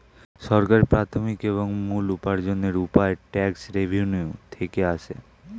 সরকারের প্রাথমিক এবং মূল উপার্জনের উপায় ট্যাক্স রেভেন্যু থেকে আসে